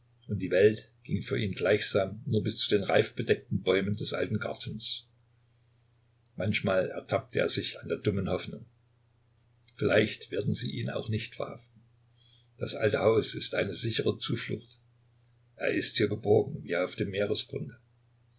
und die welt ging für ihn gleichsam nur bis zu den reifbedeckten bäumen des alten gartens manchmal ertappte er sich an der dummen hoffnung vielleicht werden sie ihn auch nicht verhaften das alte haus ist eine sichere zuflucht er ist hier geborgen wie auf dem